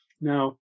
Now